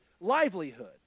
livelihood